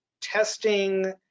testing